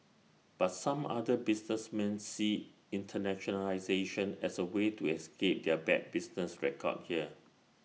but some other businessmen see internationalisation as A way to escape their bad business record here